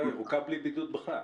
ירוקה בלי בידוד בכלל.